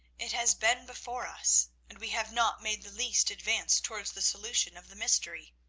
it has been before us, and we have not made the least advance towards the solution of the mystery.